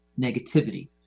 negativity